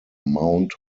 mount